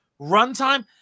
runtime